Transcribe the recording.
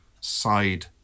side